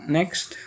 Next